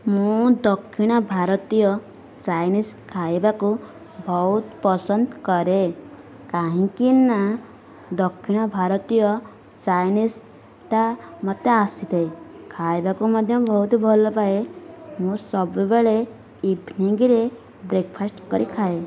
ମୁଁ ଦକ୍ଷିଣ ଭାରତୀୟ ଚାଇନିଜ୍ ଖାଇବାକୁ ବହୁତ ପସନ୍ଦ କରେ କାହିଁକି ନା ଦକ୍ଷିଣ ଭାରତୀୟ ଚାଇନିଜ୍ଟା ମୋତେ ଆସିଥାଏ ଖାଇବାକୁ ମଧ୍ୟ ବହୁତ ଭଲପାଏ ମୁଁ ସବୁବେଳେ ଇଭନିଙ୍ଗରେ ବ୍ରେକଫାଷ୍ଟ୍ କରି ଖାଏ